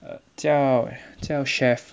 uh 叫叫 chef